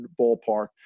ballpark